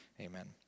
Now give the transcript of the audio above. Amen